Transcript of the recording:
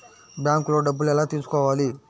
బ్యాంక్లో డబ్బులు ఎలా తీసుకోవాలి?